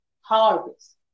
Harvest